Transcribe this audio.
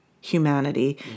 humanity